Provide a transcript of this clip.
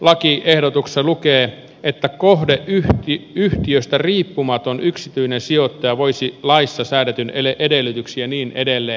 lakiehdotuksessa lukee että kohdeyhtiöstä riippumaton yksityinen sijoittaja voisi laissa säädetyin edellytyksin ja niin edelleen